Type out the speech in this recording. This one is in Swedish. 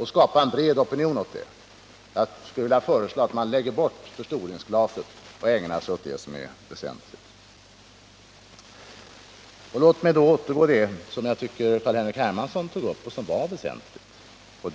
att skapa en bred opinion mot förtrycket i Chile. Jag skulle vilja föreslå att man lägger bort förstoringsglaset och ägnar sig åt det som är väsentligt. Låt mig återgå till det som Carl-Henrik Hermansson tog upp och som var väsentligt.